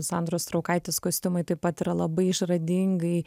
sandros straukaitės kostiumai taip pat yra labai išradingai